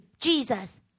Jesus